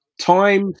Time